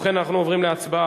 ובכן, אנחנו עוברים להצבעה.